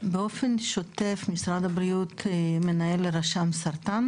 באופן שוטף משרד הבריאות מנהל רשם סרטן,